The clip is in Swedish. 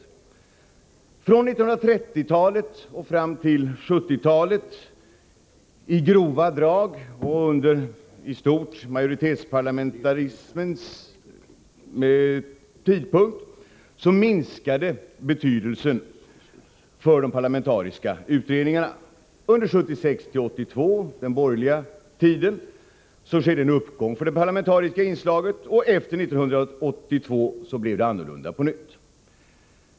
Från 1930-talet och fram till 1970-talet — i stort under majoritetsparlamentarismens skede — minskade betydelsen av de parlamentariska utredningarna. Under åren 1976-1982 - den borgerliga tiden — skedde en uppgång för det parlamentariska inslaget, och efter 1982 blev det på nytt annorlunda.